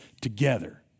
together